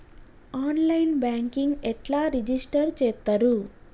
On line banking ఎట్లా register చేత్తరు?